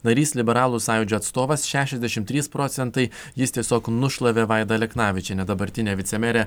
narys liberalų sąjūdžio atstovas šešiasdeimt trys procentai jis tiesiog nušlavė vaidą aleknavičienę dabartinę vicemerę